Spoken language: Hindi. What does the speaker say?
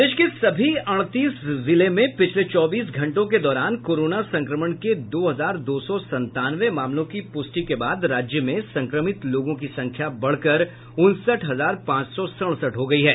प्रदेश के सभी अड़तीस जिले में पिछले चौबीस घंटों के दौरान कोरोना संक्रमण के दो हजार दो सौ संतानवे मामलों की पुष्टि के बाद राज्य में संक्रमित लोगों की संख्या बढ़कर उनसठ हजार पांच सौ सड़सठ हो गई है